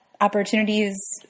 opportunities